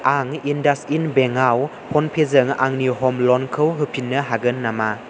आं इन्डासइन्ड बेंकआव फ'नपेजों आंनि ह'म ल'नखौ होफिन्नो हागोन नामा